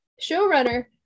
showrunner